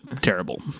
terrible